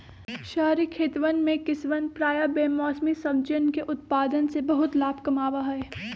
शहरी खेतवन में किसवन प्रायः बेमौसमी सब्जियन के उत्पादन से बहुत लाभ कमावा हई